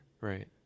Right